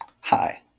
Hi